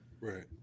right